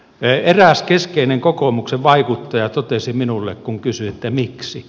eräs keskeinen kokoomuksen vaikuttaja totesi minulle kun kysyin miksi